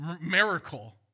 Miracle